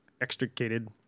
extricated